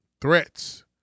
Threats